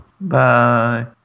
Bye